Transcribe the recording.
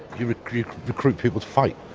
you recruit recruit people to fight.